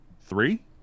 three